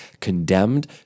condemned